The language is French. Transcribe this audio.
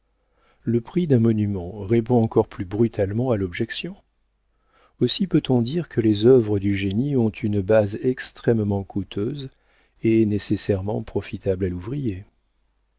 le prix d'un monument répond encore plus brutalement à l'objection aussi peut-on dire que les œuvres du génie ont une base extrêmement coûteuse et nécessairement profitable à l'ouvrier